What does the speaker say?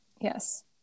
yes